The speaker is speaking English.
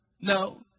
no